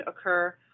occur